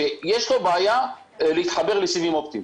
שיש לו בעיה להתחבר לסיבים אופטיים.